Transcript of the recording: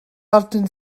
often